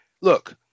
look